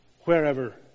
wherever